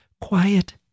quiet